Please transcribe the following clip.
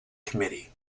committee